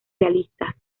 realistas